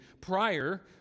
prior